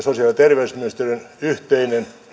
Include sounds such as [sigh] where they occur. [unintelligible] sosiaali ja terveysministeriön yhteinen